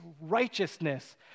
righteousness